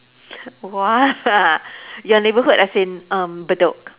!wah! your neighborhood as in um Bedok